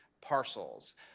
parcels